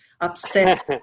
upset